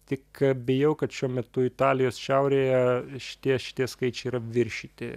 tik bijau kad šiuo metu italijos šiaurėje šitie šitie skaičiai yra viršyti